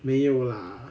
没有 lah